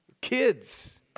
Kids